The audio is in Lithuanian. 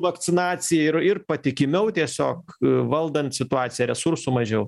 vakcinacija ir ir patikimiau tiesiog valdant situaciją resursų mažiau